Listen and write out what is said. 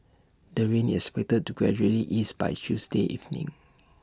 the rain is expected to gradually ease by Tuesday evening